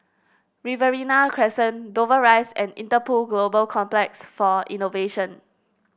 Riverina Crescent Dover Rise and Interpol Global Complex for Innovation